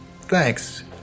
Thanks